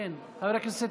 חבר הכנסת